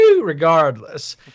regardless